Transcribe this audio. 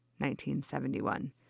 1971